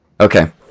Okay